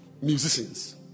Musicians